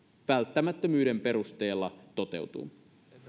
välttämättömyyden perusteella toteutuu